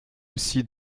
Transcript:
aussi